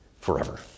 forever